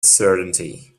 certainty